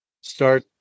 start